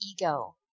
ego